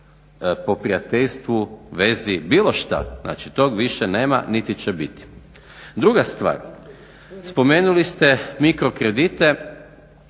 po prijateljstvu, vezi, bilo šta. Znači, tog više nema niti će biti. Druga stvar, spomenuli ste mikro kredite